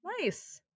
Nice